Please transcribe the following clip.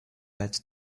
that